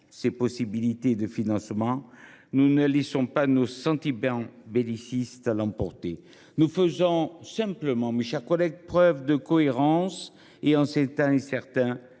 ces possibilités de financement, nous ne laissons pas nos sentiments bellicistes l’emporter. Nous faisons simplement preuve, mes chers collègues, de cohérence. En ces temps incertains,